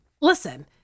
Listen